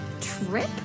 Trip